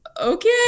okay